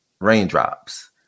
Raindrops